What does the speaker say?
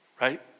Right